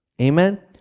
Amen